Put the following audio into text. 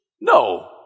No